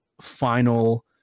final